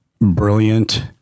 brilliant